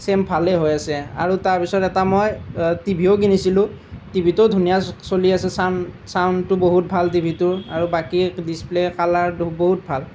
same ভালেই হৈ আছে আৰু তাৰপিছত এটা মই টিভিও কিনিছিলোঁ টিভিটো ধুনীয়া চলি আছে চাউন চাউণ্ডটো বহুত ভাল টিভিটোৰ আৰু বাকী ডিচপ্লে কালাৰটো বহুত ভাল